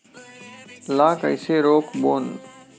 ला कइसे रोक बोन?